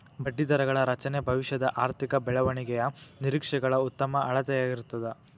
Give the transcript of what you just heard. ಬಡ್ಡಿದರಗಳ ರಚನೆ ಭವಿಷ್ಯದ ಆರ್ಥಿಕ ಬೆಳವಣಿಗೆಯ ನಿರೇಕ್ಷೆಗಳ ಉತ್ತಮ ಅಳತೆಯಾಗಿರ್ತದ